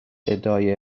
ادعای